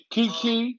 Kiki